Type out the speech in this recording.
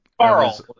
Carl